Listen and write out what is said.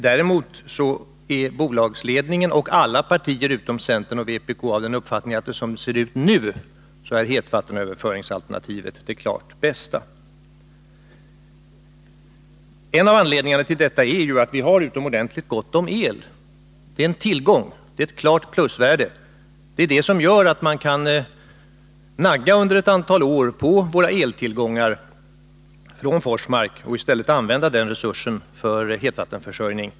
Däremot är bolagsledningen och alla partier utom centern och vpk av den uppfattningen att hetvattenöverföringsalternativet, som det nu ser ut, är det bästa. En av anledningarna till detta är att vi har utomordentligt gott om el. Det är en tillgång, ett klart plus. Det är det som gör att man under ett antal år kan nagga på våra eltillgångar från Forsmark och i stället använda den resursen för hetvattenförsörjning.